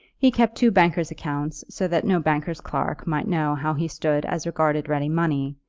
he kept two banker's accounts so that no banker's clerk might know how he stood as regarded ready money,